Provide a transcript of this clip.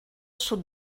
sud